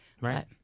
Right